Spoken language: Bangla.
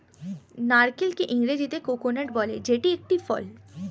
নারকেলকে ইংরেজিতে কোকোনাট বলে যেটি একটি ফল